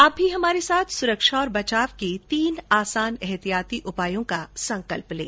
आप भी हमारे साथ सुरक्षा और बचाव के तीन आसान एहतियाती उपायों का संकल्प लें